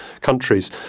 countries